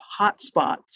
hotspots